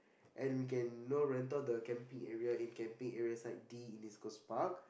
and we can no rental the camping area in camping area site D in this closed park